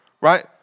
right